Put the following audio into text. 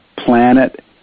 Planet